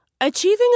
Achieving